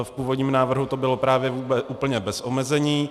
V původním návrhu to bylo právě úplně bez omezení.